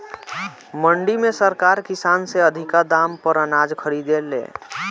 मंडी में सरकार किसान से अधिका दाम पर अनाज खरीदे ले